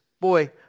Boy